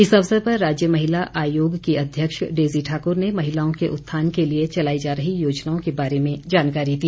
इस अवसर पर राज्य महिला आयोग की अध्यक्ष डेजी ठाकुर ने महिलाओं के उत्थान के लिए चलाई जा रही योजनाओं के बारे जानकारी दी